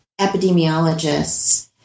epidemiologists